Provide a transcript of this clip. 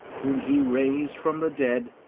whom he raised from the dead,